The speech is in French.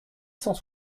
cent